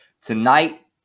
Tonight